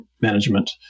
management